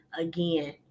again